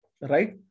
Right